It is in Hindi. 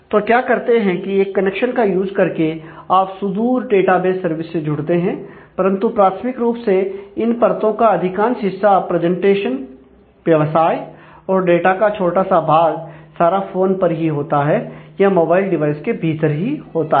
तो क्या करते हैं की एक कनेक्शन का यूज करके आप सुदूर डेटाबेस सर्विस से जुड़ते हैं परंतु प्राथमिक रूप से इन परतो का अधिकांश हिस्सा प्रेजेंटेशन व्यवसाय और डाटा का छोटा सा भाग सारा फोन पर ही होता है या मोबाइल डिवाइस के भीतर ही होता है